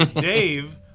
Dave